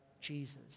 Jesus